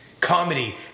comedy